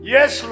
Yes